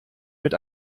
mit